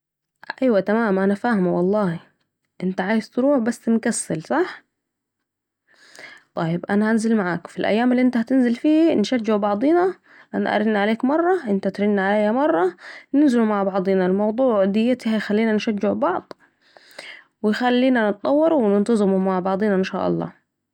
ايوة تمام وأنا فاهمه والله أنت عايز تروح بس مكسل صح ،طيب أنا هنزل معاك ، في الأيام الي أنت هتنزل فيها نشجعوا بعضينا أنا ارن عليك مره أنت ترن عليا مره ننزلوا مع بعضينا الموضوع ديتي هيخلينا نشجعوا بعضينا و يخلي في تتطور و ننتظموا مع بعضينا أن شاء الله